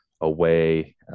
Away